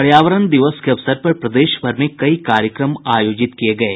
पर्यावरण दिवस के अवसर पर प्रदेश भर में कई कार्यक्रम आयोजित किये गये